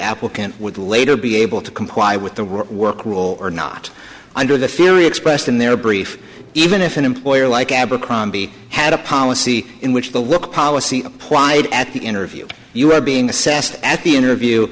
applicant would later be able to comply with the work work rule or not under the theory expressed in their brief even if an employer like abercrombie had a policy in which to look policy applied at the interview you were being assessed at the interview